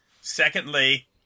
Secondly